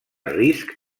risc